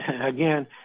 again